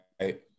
Right